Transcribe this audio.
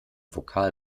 vokal